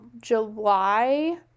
July